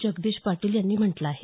जगदीश पाटील यांनी म्हटलं आहे